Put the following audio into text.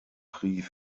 prix